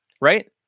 right